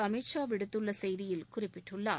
அமித்ஷா விடுத்துள்ள செய்தியில் குறிப்பிட்டுள்ளார்